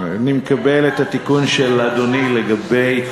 הדיונים בוועדות בדרך כלל גולשים מעבר לשעה 11:00. אני מקבל את התיקון של אדוני לגבי כבוד הכנסת.